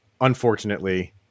unfortunately